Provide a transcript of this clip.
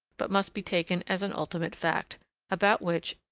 but must be taken as an ultimate fact about which,